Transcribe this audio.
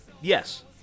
yes